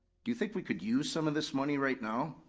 do you think we could use some of this money right now?